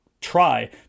try